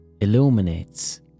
illuminates